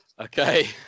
Okay